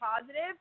positive